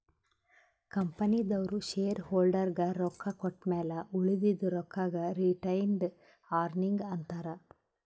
ಕಂಪನಿದವ್ರು ಶೇರ್ ಹೋಲ್ಡರ್ಗ ರೊಕ್ಕಾ ಕೊಟ್ಟಮ್ಯಾಲ ಉಳದಿದು ರೊಕ್ಕಾಗ ರಿಟೈನ್ಡ್ ಅರ್ನಿಂಗ್ ಅಂತಾರ